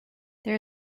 there